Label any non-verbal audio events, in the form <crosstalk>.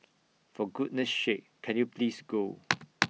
for goodness sake can you please go <noise>